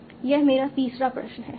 यह मेरा तीसरा प्रश्न है